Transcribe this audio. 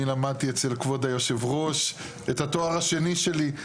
אני למדתי אצל כבוד היו"ר את התואר השני שלי,